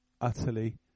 utterly